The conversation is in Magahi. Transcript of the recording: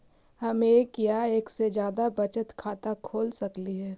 हम एक या एक से जादा बचत खाता खोल सकली हे?